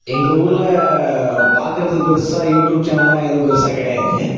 எங்கள் ஊரில் பார்க்குறதுக்கு பெரிசா யூடியூப் சேனல்லாம் ஏதும் பெரிசா கிடையாது